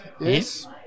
yes